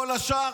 כל השאר,